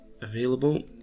available